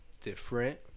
different